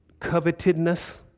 covetedness